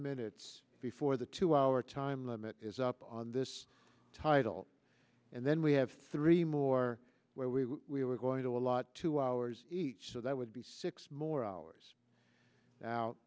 minutes before the two hour time limit is up on this title and then we have three more where we are going to allot two hours each so that would be six more hours out